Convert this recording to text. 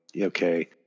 Okay